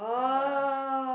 (uh uhu)